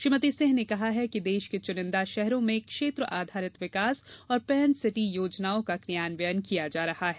श्रीमती सिंह ने कहा कि देश के चुनिंदा शहरों में क्षेत्र आधारित विकास और पेन सिटी योजनाओं का क्रियान्वयन किया जा रहा है